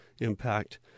Impact